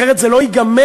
ככה זה לא ייגמר,